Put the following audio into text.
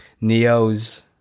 Neo's